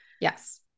Yes